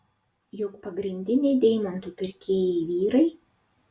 juk pagrindiniai deimantų pirkėjai vyrai